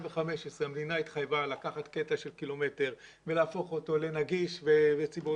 המדינה התחייבה לקחת קטע של קילומטר ולהפוך אותו לנגיש לציבור.